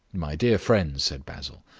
my dear friends, said basil,